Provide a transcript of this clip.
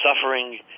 suffering